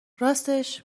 راستش